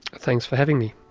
thanks for having me.